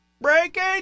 Breaking